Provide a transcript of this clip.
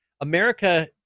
America